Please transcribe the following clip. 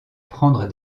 prendre